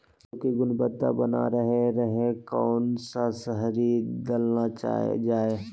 आलू की गुनबता बना रहे रहे कौन सा शहरी दलना चाये?